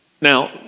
Now